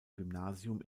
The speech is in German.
gymnasium